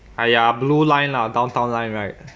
!aiya! blue line lah downtown line right